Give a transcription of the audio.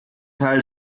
teil